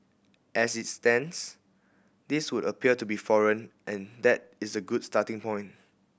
as it stands these would appear to be foreign and that is a good starting point